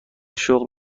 شغل